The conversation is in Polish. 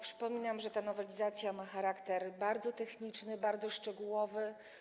Przypominam, że nowelizacja ma charakter bardzo techniczny, bardzo szczegółowy.